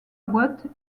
boîte